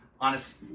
honest